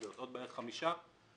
פסיכיאטריות בעוד 5 מיליון שקלים.